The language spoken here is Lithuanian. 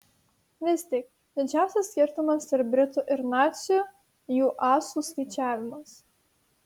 vis tik didžiausias skirtumas tarp britų ir nacių jų asų skaičiavimas